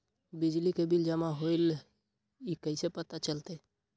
बिजली के बिल जमा होईल ई कैसे पता चलतै?